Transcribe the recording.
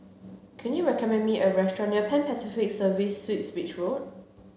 can you recommend me a restaurant near Pan Pacific Service Suites Beach Road